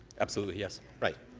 absolutely, yes. right.